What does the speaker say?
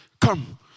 come